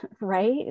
right